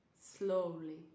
Slowly